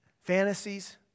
fantasies